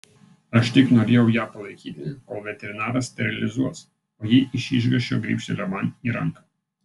aš tik norėjau ją palaikyti kol veterinaras sterilizuos o ji iš išgąsčio gribštelėjo man į ranką